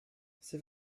c’est